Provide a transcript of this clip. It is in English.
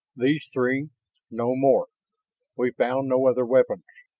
these three no more we found no other weapons!